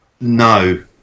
no